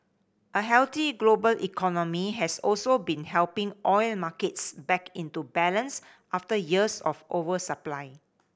a healthy global economy has also been helping oil markets back into balance after years of oversupply